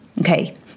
Okay